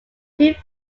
two